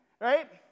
right